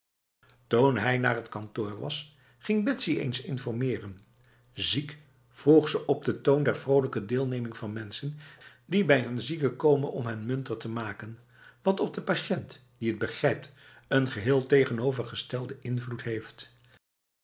toen hij naar t kantoor was ging betsy eens informeren ziek vroeg ze op de toon der vrolijke deelneming van mensen die bij een zieke komen om hem munter te maken wat op de patiënt die het begrijpt een geheel tegenovergestelde invloed heeft